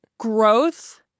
growth